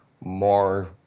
more